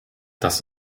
das